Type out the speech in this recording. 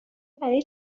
برای